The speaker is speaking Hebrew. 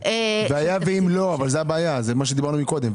והיה ואם לא, זאת הבעיה שדיברנו קודם.